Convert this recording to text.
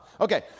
Okay